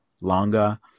Longa